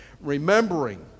remembering